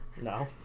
No